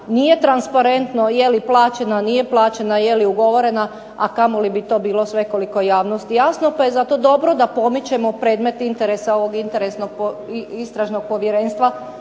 nije transparentno je li plaćena, nije plaćena? Je li ugovorena, a kamoli bi to bilo svekolikoj javnosti jasno. Pa je zato dobro da pomičemo predmet interesa ovog Istražnog povjerenstva